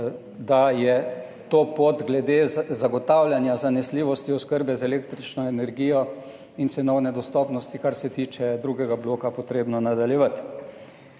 da je to pot glede zagotavljanja zanesljivosti oskrbe z električno energijo in cenovne dostopnosti, kar se tiče drugega bloka, potrebno nadaljevati.